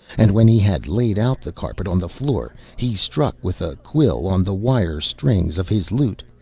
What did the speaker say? and when he had laid out the carpet on the floor, he struck with a quill on the wire strings of his lute,